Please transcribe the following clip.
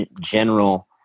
general